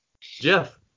Jeff